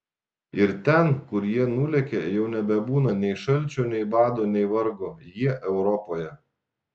ir ten kur jie nulekia jau nebebūna nei šalčio nei bado nei vargo jie europoje